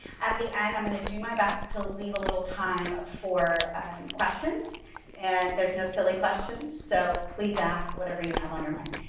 at the end i'm gonna do my best to leave a little time for questions and there's no silly questions so please ask whatever you have on your mind.